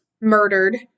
murdered